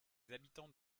habitants